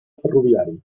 ferroviari